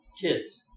kids